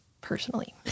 personally